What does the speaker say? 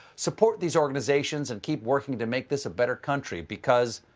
support these organizations, and keep working to make this a better country. because,